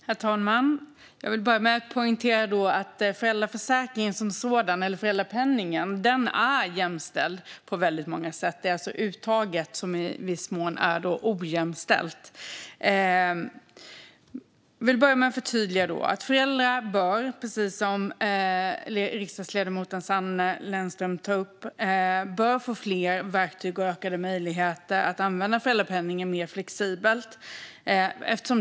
Herr talman! Jag vill börja med att poängtera att föräldrapenningen är jämställd på väldigt många sätt. Det är uttaget som i viss mån är ojämställt. Föräldrar bör, precis riksdagsledamoten Sanne Lennström tar upp, få fler verktyg och ökade möjligheter att använda föräldrapenningen mer flexibelt.